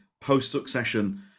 post-Succession